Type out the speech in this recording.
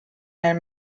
nel